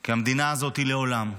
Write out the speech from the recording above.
כי המדינה הזאת לעולם,